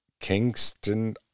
Kingston